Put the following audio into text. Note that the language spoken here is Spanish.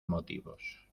motivos